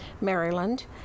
Maryland